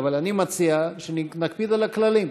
אבל אני מציע שנקפיד על הכללים: